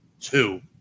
two